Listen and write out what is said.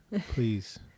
please